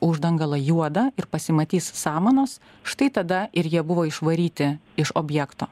uždangalą juodą ir pasimatys samanos štai tada ir jie buvo išvaryti iš objekto